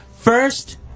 First